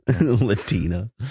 Latina